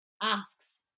asks